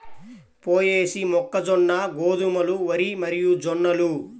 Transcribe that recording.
పొయేసీ, మొక్కజొన్న, గోధుమలు, వరి మరియుజొన్నలు